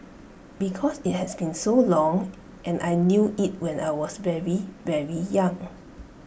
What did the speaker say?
because IT has been so long and I knew IT when I was very very young